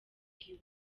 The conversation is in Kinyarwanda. iwe